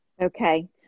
Okay